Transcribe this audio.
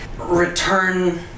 return